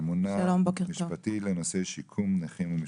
ממונה משפטית לנושאי שיקום נכים ומשפחות,